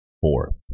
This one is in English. fourth